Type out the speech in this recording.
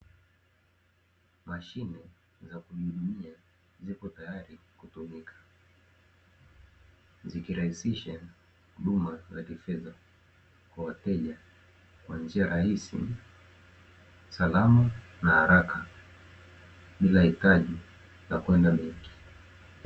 Mashine za kujihudumia ziko tayari kutumika, zikirahisisha huduma za kifedha kwa wateja kwa njia rahisi, salama na haraka bila hitaji la kwenda benki.